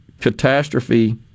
catastrophe